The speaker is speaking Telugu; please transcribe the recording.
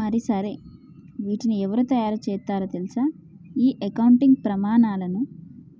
మరి సరే వీటిని ఎవరు తయారు సేత్తారో తెల్సా ఈ అకౌంటింగ్ ప్రమానాలను